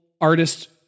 artist